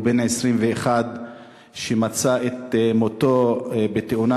הוא היה בן 21 ומצא את מותו בתאונת